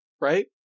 Right